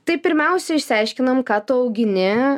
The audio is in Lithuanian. tai pirmiausia išsiaiškinam ką tu augini